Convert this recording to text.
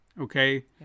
Okay